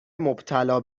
مبتلا